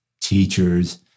teachers